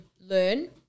learn